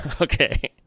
Okay